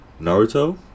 Naruto